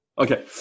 Okay